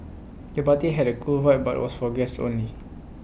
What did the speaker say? the party had A cool vibe but was for guests only